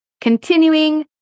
continuing